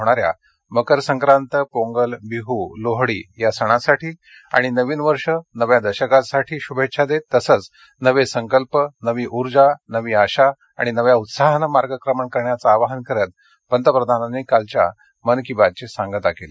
देशाच्या विविध भागात साजऱ्या होणाऱ्या मकरसंक्रांत पोंगल बिहु लोहडी या सणांसाठी आणि नवीन वर्ष नव्या दशकासाठी शूभेच्छा देत तसंघ नवे संकल्प नवीन ऊर्जा नवी आशा आणि नव्या उत्साहानं मार्गक्रमण करण्याचं आवाहन करत पंतप्रधानांनी कालच्या मन की बात ची सांगता केली